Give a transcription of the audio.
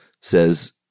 says